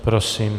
Prosím.